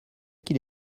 qu’il